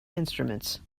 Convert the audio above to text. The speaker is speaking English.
instruments